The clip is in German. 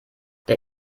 der